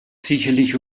sicherlich